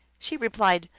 she replied,